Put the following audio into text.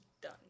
Done